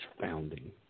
founding